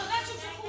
אתה יודע שהם שלחו,